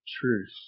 truth